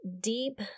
deep